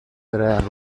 tareas